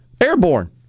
airborne